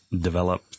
develop